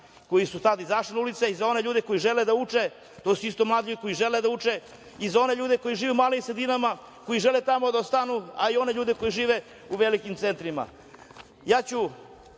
koji su tada izašli na ulice i za one ljude koji žele da uče, to su isto mladi ljudi koji žele da uče i za one ljude koji žive u malim sredinama, koji žele tamo da ostanu, a i one ljude koji žive u velikim centrima. Kao